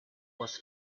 was